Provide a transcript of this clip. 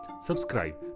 Subscribe